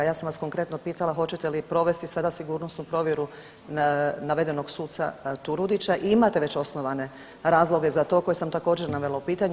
Ja sam vas konkretno pitala hoćete li provesti sada sigurnosnu provjeru navedenog suca Turudića i imate već osnovane razloge za to koje sam također navela u pitanju.